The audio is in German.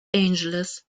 angeles